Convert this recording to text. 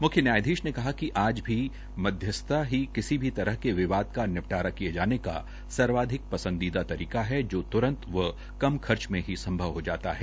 मुख्य न्यायाधीश ने कहा कि आज की मध्यस्थता ही किसी भी तरह के विवाद का निपटारा किये जाने का सर्वाधिक पंसदीदा तरीका है जो त्रंत व कम खर्च में ही संभव हो जाता है